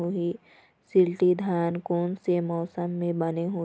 शिल्टी धान कोन से मौसम मे बने होही?